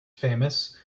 famous